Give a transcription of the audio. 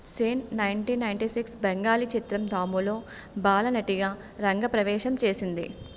Sen nineteen ninety six Bengali చిత్రం దాములో బాలనటిగా రంగప్రవేశం చేసింది